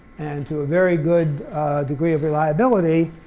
and to a very good degree of reliability,